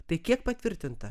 tai kiek patvirtinta